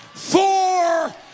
Four